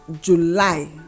July